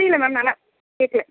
புரியலை மேம் நல்லா கேட்கல